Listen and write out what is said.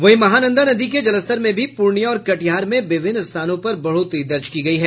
वहीं महानंदा नदी के जलस्तर में भी पूर्णिया और कटिहार में विभिन्न स्थानों पर बढ़ोतरी दर्ज की गयी है